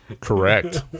Correct